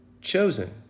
chosen